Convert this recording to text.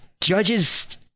judges